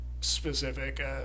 specific